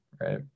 right